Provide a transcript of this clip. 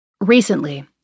Recently